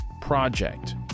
Project